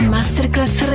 Masterclass